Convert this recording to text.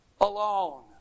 alone